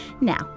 Now